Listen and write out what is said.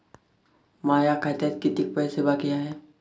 माया खात्यात कितीक पैसे बाकी हाय?